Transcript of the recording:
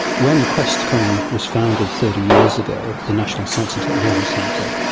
when questacon um was founded thirty years ago, the national science and technology centre,